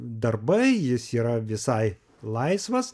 darbai jis yra visai laisvas